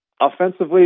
Offensively